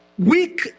weak